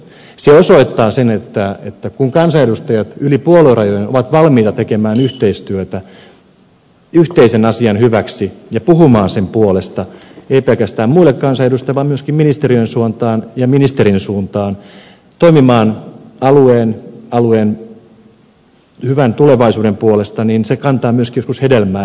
se osoittaa sen että kun kansanedustajat yli puoluerajojen ovat valmiita tekemään yhteistyötä yhteisen asian hyväksi ja puhumaan sen puolesta eivät pelkästään muille kansanedustajille vaan myöskin ministeriön suuntaan ja ministerin suuntaan toimimaan alueen hyvän tulevaisuuden puolesta niin se myöskin kantaa joskus hedelmää